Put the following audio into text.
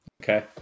Okay